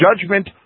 judgment